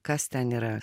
kas ten yra